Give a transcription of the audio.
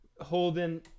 holding